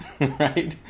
right